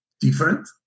different